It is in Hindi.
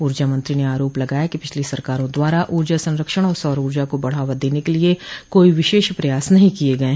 ऊर्जा मंत्री ने आरोप लगाया कि पिछली सरकारों के द्वारा ऊर्जा संरक्षण और सौर ऊर्जा को बढ़ावा देने के लिये कोई विशेष प्रयास नहीं किये गये